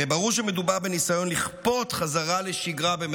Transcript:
הרי ברור שמדובר בניסיון לכפות "חזרה לשגרה"